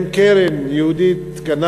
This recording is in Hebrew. עם קרן יהודית-קנדית,